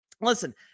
listen